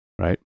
Right